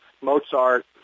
Mozart